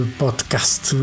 podcast